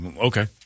Okay